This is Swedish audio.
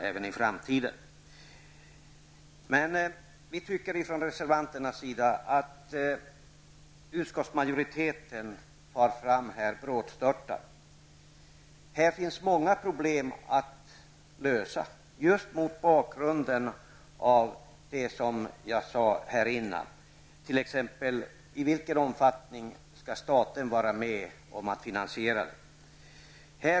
Reservanterna tycker emellertid att utskottsmajoriteten handlar brådstörtat. Det finns många problem att lösa just med tanke på vad jag nyss sagt. Det gäller t.ex. frågan om i vilken omfattning staten skall vara med och finansiera det hela.